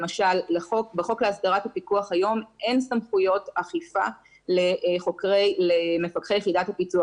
למשל בחוק הסדרת הפיקוח היום אין סמכויות אכיפה למפקחי יחידת הפיצו"ח.